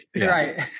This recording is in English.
Right